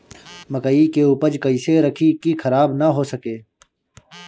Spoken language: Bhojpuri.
मकई के उपज कइसे रखी की खराब न हो सके?